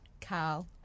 Carl